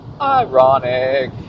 ironic